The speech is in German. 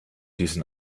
diesen